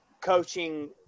coaching